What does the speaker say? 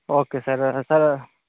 okay sir sir